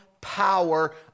power